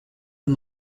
and